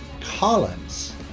Collins